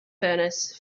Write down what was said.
furnace